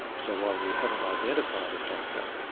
so while we haven't identified a factor,